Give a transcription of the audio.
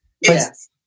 Yes